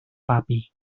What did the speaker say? babi